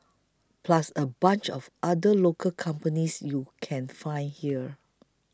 plus a bunch of other local companies you can find here